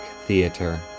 Theater